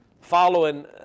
following